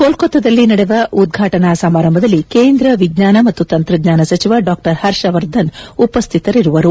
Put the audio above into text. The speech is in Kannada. ಕೊಲ್ಕತಾದಲ್ಲಿ ನಡೆವ ಉದ್ಗಾಟನಾ ಸಮಾರಂಭದಲ್ಲಿ ಕೇಂದ್ರ ವಿಜ್ಞಾನ ಮತ್ತು ತಂತ್ರಜ್ಞಾನ ಸಚಿವ ಡಾ ಹರ್ಷವರ್ಧನ್ ಉಪಸ್ದಿತರಿರುವರು